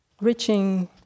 reaching